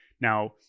now